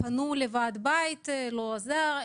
הן פנו לוועד בית וזה לא עזר.